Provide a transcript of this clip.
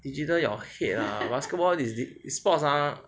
digital your head lah basketball is sports ah